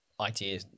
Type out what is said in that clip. idea